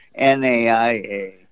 NAIA